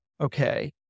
Okay